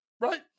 right